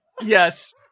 Yes